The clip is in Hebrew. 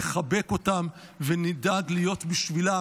נחבק אותם ונדאג להיות בשבילם,